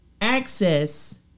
access